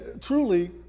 truly